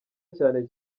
cyane